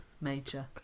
major